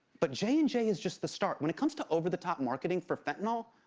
but j and j is just the start. when it comes to over the top marketing for fentanyl,